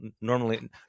normally